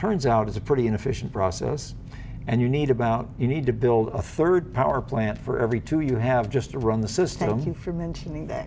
turns out is a pretty inefficient process and you need about you need to build a third power plant for every two you have just run the system for mentioning that